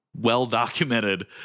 well-documented